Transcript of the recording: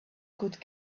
could